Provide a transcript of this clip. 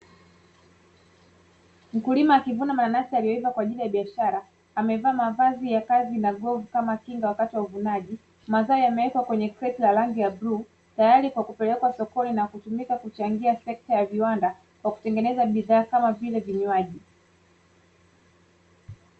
Mkulima akivuna mananasi yaliyoiva kwajili ya biashara. Amevaa mavazi ya kazi na glovu kama kinga wakati wa uvunaji. Mazao yamewekwa kwenye kreti la rangi ya bluu tayari kwa kupelekwa sokoni kuchangia sekta ya viwanda kwa kuchangia utengenezaji wa bidhaa kama vile vinywaji.